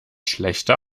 schlechter